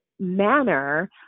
Manner